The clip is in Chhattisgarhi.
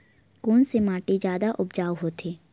कोन से माटी जादा उपजाऊ होथे?